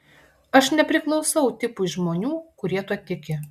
aš nepriklausau tipui žmonių kurie tuo tiki